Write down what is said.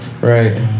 Right